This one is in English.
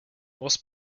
was